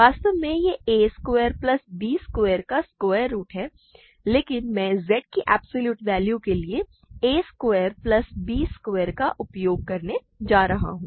वास्तव में यह a square plus b square का स्क्वायर रूट है लेकिन मैं z की एब्सॉल्यूट वैल्यू के लिए a square plus b square का उपयोग करने जा रहा हूँ